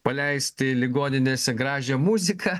paleisti ligoninėse gražią muziką